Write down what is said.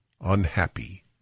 unhappy